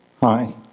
Hi